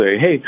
hey